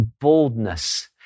boldness